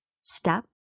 step